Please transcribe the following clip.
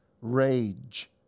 rage